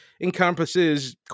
encompasses